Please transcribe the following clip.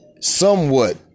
somewhat